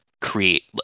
create